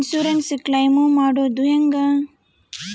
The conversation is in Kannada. ಇನ್ಸುರೆನ್ಸ್ ಕ್ಲೈಮು ಮಾಡೋದು ಹೆಂಗ?